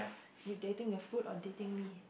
you dating the food or dating me